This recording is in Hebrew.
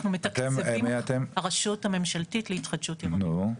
הרשות הממשלתית להתחדשות עירונית,